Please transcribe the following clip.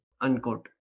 unquote